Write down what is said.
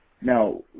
Now